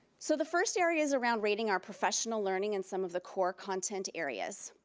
so the first areas around rating, are professional learning in some of the core content areas,